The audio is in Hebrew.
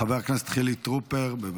חבר הכנסת חילי טרופר, בבקשה.